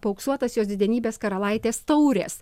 paauksuotas jos didenybės karalaitės taurės